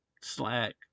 Slack